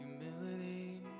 humility